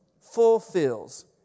fulfills